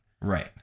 Right